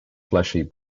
fleshy